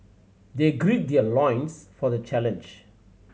they gird their loins for the challenge